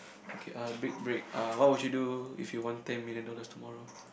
okay uh break break uh what would you do if you won ten million dollars tomorrow